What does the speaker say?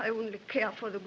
i wouldn't care for the